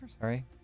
Sorry